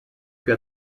più